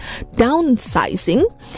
downsizing